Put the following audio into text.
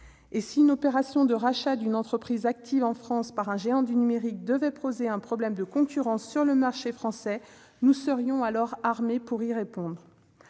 ! Si une opération de rachat d'une entreprise active en France par un géant numérique devait poser un problème de concurrence sur le marché français, nous serions alors armés pour y répondre.